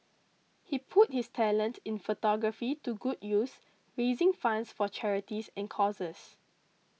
he put his talent in photography to good use raising funds for charities and causes